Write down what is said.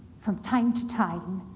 from time to time,